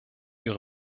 ihre